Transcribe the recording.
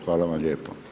Hvala vam lijepo.